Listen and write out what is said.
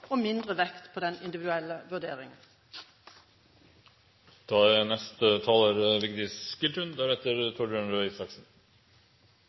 og mindre vekt på den individuelle vurderingen.